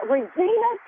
Regina